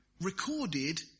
recorded